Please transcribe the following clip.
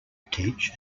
teach